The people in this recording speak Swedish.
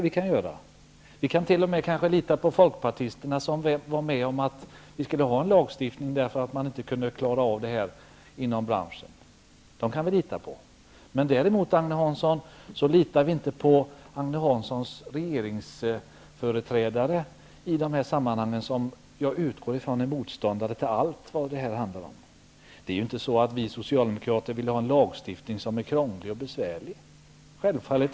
Vi kanske t.o.m. kan lita på folkpartisterna som var med på att det skulle finnas en lagstiftning, eftersom branschen inte kunde klara det hela. Men vi litar inte på Agne Hanssons regering, som jag utgår från är motståndare till allt vad det handlar om i denna fråga. Vi socialdemokrater vill självklart inte ha en lagstiftning som är krånglig och besvärlig.